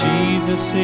Jesus